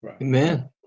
amen